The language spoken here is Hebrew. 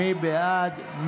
מי בעד?